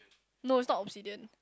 no it's not obsidian